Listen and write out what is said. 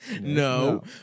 No